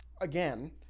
again